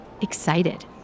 excited